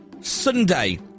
Sunday